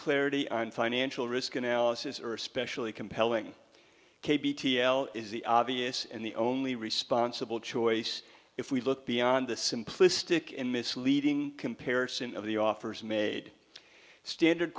clarity on financial risk analysis are especially compelling k b t l is the obvious and the only responsible choice if we look beyond the simplistic and misleading comparison of the offers made standard